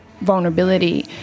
vulnerability